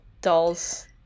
Dolls